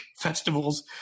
festivals